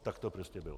Tak to prostě bylo.